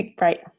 Right